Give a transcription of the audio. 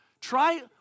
try